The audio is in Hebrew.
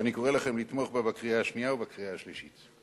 ואני קורא לכם לתמוך בה בקריאה השנייה ובקריאה השלישית.